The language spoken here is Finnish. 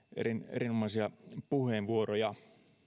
erinomaisia puheenvuoroja